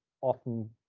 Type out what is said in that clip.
often